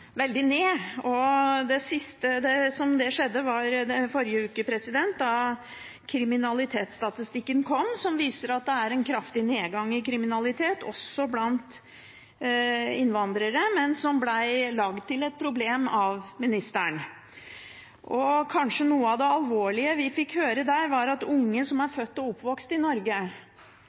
veldig ned. Det siste som skjedde, var i forrige uke da kriminalitetsstatistikken kom. Den viser at det er en kraftig nedgang i kriminalitet også blant innvandrere, men det ble gjort til et problem av statsråden. Noe av det alvorlige vi fikk høre, var at andelen unge med innvandrerbakgrunn som er født og oppvokst i Norge,